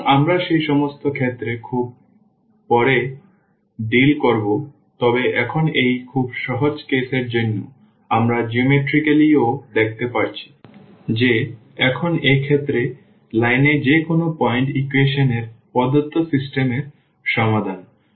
সুতরাং আমরা সেই সমস্ত ক্ষেত্রে খুব পরে মোকাবেলা করব তবে এখানে এই খুব সহজ কেসের জন্য আমরা জ্যামিতিকভাবেও দেখতে পাচ্ছি যে এখন এই ক্ষেত্রে লাইনের যে কোনও পয়েন্ট ইকুয়েশন এর প্রদত্ত সিস্টেম এর সমাধান